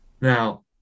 Now